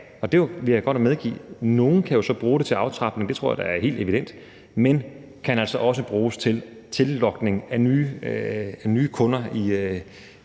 der vil jeg godt medgive, at nogle så kan bruge dem til aftrapning – det tror jeg da er helt evident – men at de altså også bruges til tillokning af nye kunder i